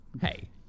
Hey